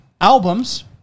albums